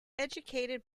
educated